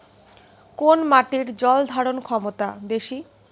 কোন মাটির জল ধারণ ক্ষমতা বেশি?